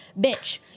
bitch